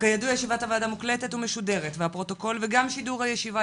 כידוע ישיבת הוועדה מוקלטת ומשודרת והפרוטוקול וגם שידור הישיבה,